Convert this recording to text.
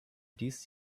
dies